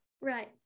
Right